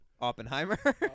Oppenheimer